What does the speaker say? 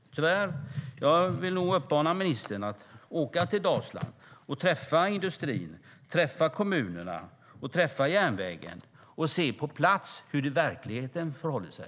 Jag vill uppmana ministern att åka till Dalsland och träffa industrin, träffa kommunerna och besök järnvägen för att se på plats hur verkligheten förhåller sig.